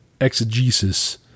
exegesis